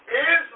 Israel